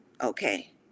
okay